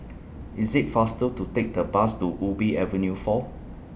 IS IT faster to Take The Bus to Ubi Avenue four